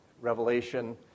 Revelation